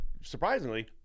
surprisingly